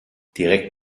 direkt